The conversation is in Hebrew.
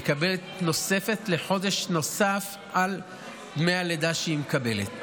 היא מקבלת חודש נוסף על דמי הלידה שהיא מקבלת,